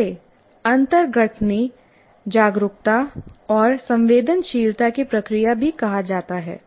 इसे अन्तर्ग्रथनी जागरूकता और संवेदनशीलता की प्रक्रिया भी कहा जाता है